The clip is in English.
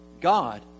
God